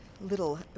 little